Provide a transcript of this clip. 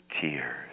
tears